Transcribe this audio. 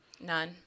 None